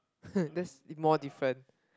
that's more different